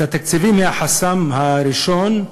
התקציבים הם החסם הראשון,